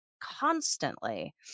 constantly